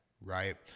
Right